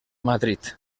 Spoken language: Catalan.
madrid